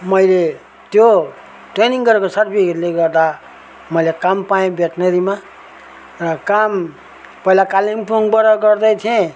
मैले त्यो ट्रेनिङ गरेको सर्टिफिकेटले गर्दा मैले काम पाएँ भेट्नेरीमा र काम पहिला कालिम्पोङबाट गर्दै थिएँ